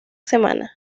semana